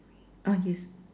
ah yes